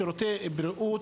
בשביל להגיע לשירותי בריאות